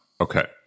Okay